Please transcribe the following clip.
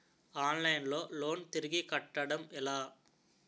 Online లో loan తిరిగి కట్టడం ఎలా?